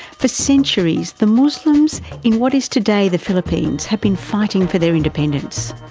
for centuries the muslims, in what is today the philippines, have been fighting for their independence.